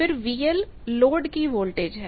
फिर लोड की वोल्टेज है